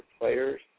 players